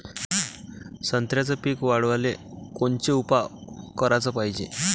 संत्र्याचं पीक वाढवाले कोनचे उपाव कराच पायजे?